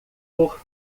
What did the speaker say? por